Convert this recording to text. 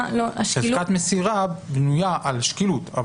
חזקת מסירה בנויה על שקילות.